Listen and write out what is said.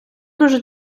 дуже